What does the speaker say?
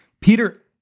Peter